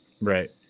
Right